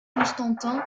constantin